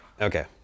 Okay